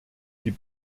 die